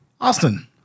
Austin